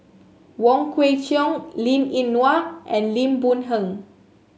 Wong Kwei Cheong Linn In Hua and Lim Boon Heng